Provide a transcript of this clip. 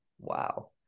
Wow